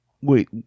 wait